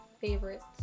favorites